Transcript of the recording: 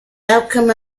outcome